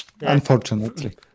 unfortunately